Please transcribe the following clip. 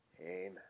amen